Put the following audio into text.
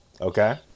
Okay